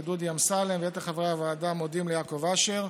דודי אמסלם ויתר חברי הוועדה מודים ליעקב אשר.